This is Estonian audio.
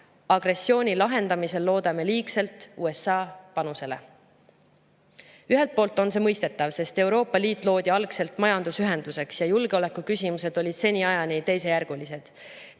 agressiooni lahendamisel loodame liigselt USA panusele. Ühelt poolt on see mõistetav, sest Euroopa Liit loodi algselt majandusühenduseks ja julgeoleku küsimused olid seniajani teisejärgulised.